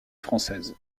française